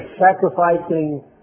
sacrificing